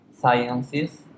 sciences